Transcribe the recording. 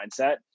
mindset